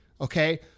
okay